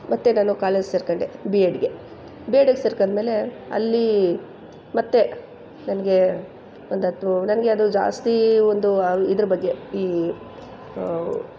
ಮತ್ತು ನಾನು ಕಾಲೇಜ್ ಸೇರಿಕೊಂಡೆ ಬಿ ಎಡ್ಗೆ ಬಿ ಎಡ್ಗೆ ಸೇರ್ಕೊಂಡ್ಮೇಲೆ ಅಲ್ಲಿ ಮತ್ತು ನನಗೆ ಒಂದತ್ತು ನನಗೆ ಅದು ಜಾಸ್ತಿ ಒಂದು ಇದ್ರ ಬಗ್ಗೆ ಈ